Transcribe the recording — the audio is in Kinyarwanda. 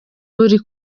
buri